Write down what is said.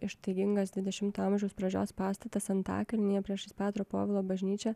ištaigingas dvidešimto amžiaus pradžios pastatas antakalnyje priešais petro povilo bažnyčią